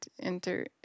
enter